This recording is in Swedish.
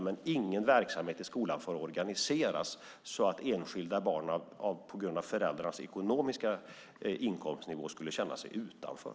Men ingen verksamhet i skolan får organiseras så att enskilda barn på grund av föräldrarnas inkomstnivå känner sig utanför.